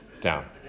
down